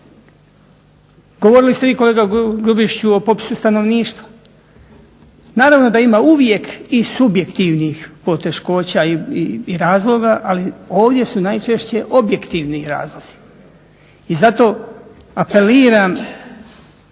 Govorili ste vi kolega Grubišiću o popisu stanovništva. Naravno da ima uvijek i subjektivnih poteškoća i razloga, ali ovdje su najčešće objektivni razlozi. I zato apeliram,